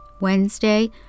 Wednesday